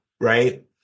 Right